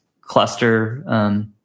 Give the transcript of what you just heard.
cluster